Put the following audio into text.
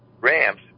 ramps